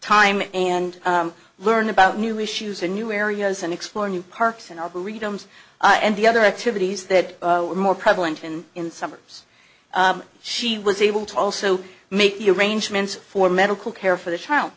time and learn about new issues and new areas and explore new parks and all who read arms and the other activities that were more prevalent in in summers she was able to also make the arrangements for medical care for the child